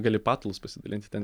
gali patalus pasidalinti ten